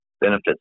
benefits